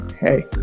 Hey